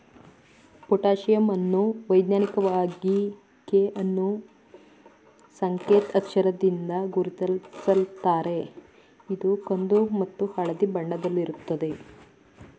potassium ಅನ್ನು ವೈಜ್ಞಾನಿಕವಾಗಿ K ಅನ್ನೂ ಸಂಕೇತ್ ಅಕ್ಷರದಿಂದ ಗುರುತಿಸುತ್ತಾರೆ ಇದು ಕಂದು ಮತ್ತು ಹಳದಿ ಬಣ್ಣದಲ್ಲಿರುತ್ತದೆ